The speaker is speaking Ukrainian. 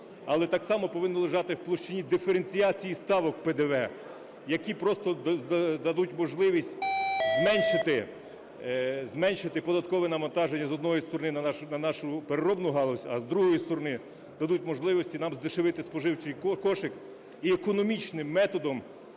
але так само повинно лежати в площині диференціації ставок ПДВ, які просто дадуть можливість зменшити податкове навантаження, з однієї сторони, на нашу переробну галузь, а з другої сторони, дадуть можливість нам здешевити споживчий кошик. І економічним методом